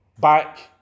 back